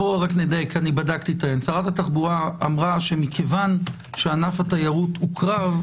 שרת התחבורה אמרה שכיוון שענף התיירות הוקרב,